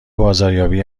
بازاریابی